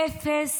אפס